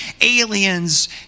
aliens